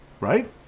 Right